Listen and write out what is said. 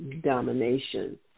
domination